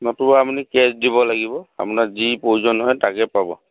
নতুবা আপুনি কেছ দিব লাগিব আপোনাৰ যি প্ৰয়োজন হয় তাকে পাব